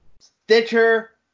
Stitcher